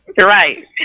Right